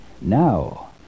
Now